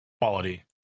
quality